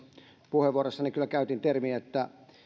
puheenvuorossani kyllä käytin termiä että